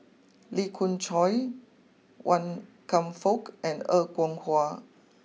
Lee Khoon Choy Wan Kam Fook and Er Kwong Wah